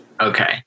Okay